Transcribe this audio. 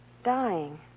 dying